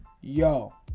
Yo